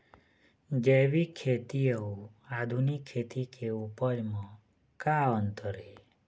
जैविक खेती अउ आधुनिक खेती के उपज म का अंतर हे?